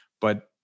but-